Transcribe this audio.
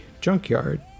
junkyard